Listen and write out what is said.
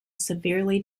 severely